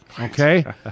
okay